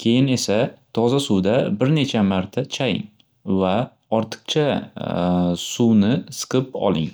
Keyin esa toza suvda bir necha marta chaying va ortiqcha suvni siqib oling.